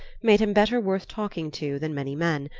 made him better worth talking to than many men,